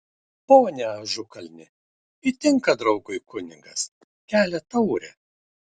pone ažukalni įtinka draugui kunigas kelia taurę